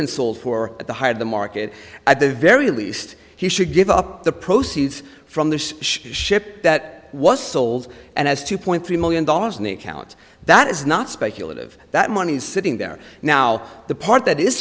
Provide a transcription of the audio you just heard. been sold for at the height of the market at the very least he should give up the proceeds from the ship that was sold and has two point three million dollars in it count that is not speculative that money is sitting there now the part that is